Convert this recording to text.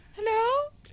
Hello